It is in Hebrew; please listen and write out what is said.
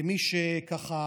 כמי שככה